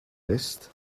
list